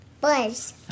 Buzz